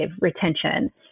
retention